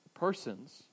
persons